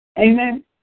Amen